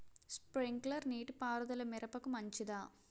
Sprinkler నీటిపారుదల మిరపకు మంచిదా?